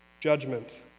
judgment